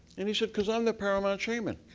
and he said, because i'm the paramount shaman.